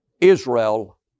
Israel